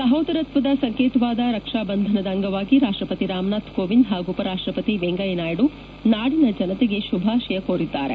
ಸಹೋದರತ್ವದ ಸಂಕೇತವಾದ ರಕ್ಷಾಬಂಧನದ ಅಂಗವಾಗಿ ರಾಷ್ಟ್ರಪತಿ ರಾಮನಾಥ್ ಕೋವಿಂದ್ ಹಾಗೂ ಉಪರಾಷ್ಟ ಪತಿ ವೆಂಕಯ್ಯನಾಯ್ಡು ನಾಡಿನ ಜನತೆಗೆ ಶುಭಾಶಯ ಕೋರಿದ್ದಾರೆ